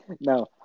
No